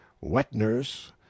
wet-nurse